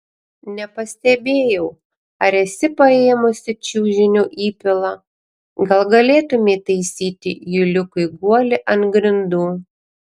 nepastebėjau ar esi paėmusi čiužinio įpilą gal galėtumei taisyti juliukui guolį ant grindų